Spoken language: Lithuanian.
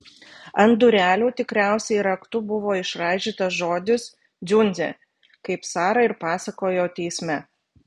ant durelių tikriausiai raktu buvo išraižytas žodis dziundzė kaip sara ir pasakojo teisme